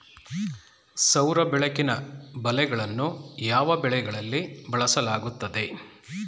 ಸೌರ ಬೆಳಕಿನ ಬಲೆಗಳನ್ನು ಯಾವ ಬೆಳೆಗಳಲ್ಲಿ ಬಳಸಲಾಗುತ್ತದೆ?